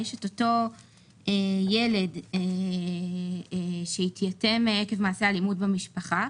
יש את אותו ילד שהתייתם עקב מעשה אלימות במשפחה.